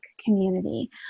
community